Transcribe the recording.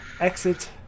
exit